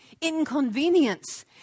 inconvenience